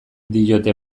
diote